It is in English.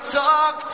talk